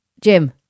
Jim